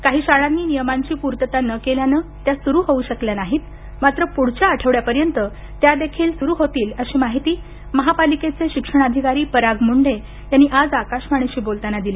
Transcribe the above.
काही शाळांनी नियमांची पूर्तता न केल्याने त्या सुरू होऊ शकल्या नाहीत मात्र पुढच्या आठवड्यापर्यंत त्यादेखील सुरू होतील अशी माहिती महापालिकेचे शिक्षणाधिकारी पराग मुंढे यांनी आज आकाशवाणीशी बोलताना दिली